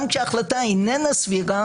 גם כשהחלטה איננה סבירה